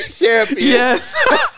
Yes